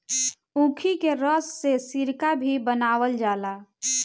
ऊखी के रस से सिरका भी बनावल जाला